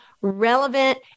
relevant